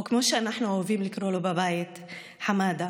או כמו שאנחנו אוהבים לקרוא לו בבית, חמאדה,